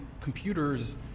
computers